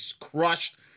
crushed